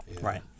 Right